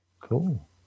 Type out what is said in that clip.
Cool